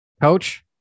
Coach